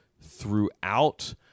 throughout